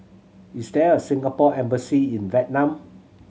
is there a Singapore Embassy in Vietnam